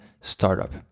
startup